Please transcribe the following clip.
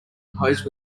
pose